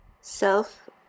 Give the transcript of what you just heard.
self